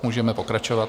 Můžeme pokračovat.